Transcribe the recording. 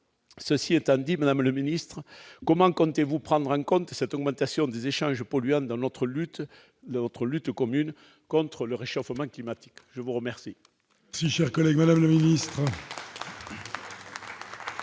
Cela dit, madame la secrétaire d'État, comment comptez-vous prendre en compte cette augmentation des échanges polluants dans notre lutte commune contre le réchauffement climatique ? La parole